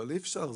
אבל אי-אפשר.